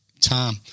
Time